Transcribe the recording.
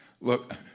Look